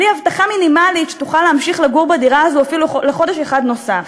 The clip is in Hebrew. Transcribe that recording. בלי הבטחה מינימלית שתוכל להמשיך לגור בדירה הזאת אפילו חודש אחד נוסף.